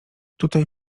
tutaj